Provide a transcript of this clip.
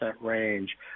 range